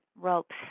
ropes